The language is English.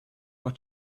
what